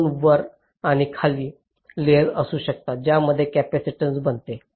म्हणून वर आणि खाली लेयर्स असू शकतात ज्यामध्ये कपॅसिटीन्स बनते